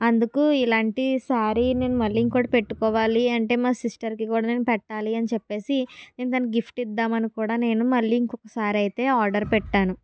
అందుకు ఇలాంటి శారీ నేను మళ్లీ ఇంకొకటి పెట్టుకోవాలి అంటే మా సిస్టర్ కి కూడా నేను పెట్టాలి అని చెప్పేసి నేను దాని గిఫ్ట్ ఇద్దాం అని కూడా నేను మళ్ళీ ఇంకొకసారి అయితే ఆర్డర్ పెట్టాను